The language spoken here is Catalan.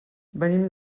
venim